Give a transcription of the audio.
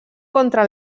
contra